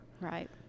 Right